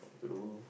ah true